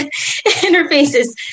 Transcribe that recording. interfaces